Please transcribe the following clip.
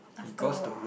after work